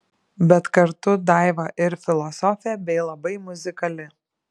bet kartu daiva ir filosofė bei labai muzikali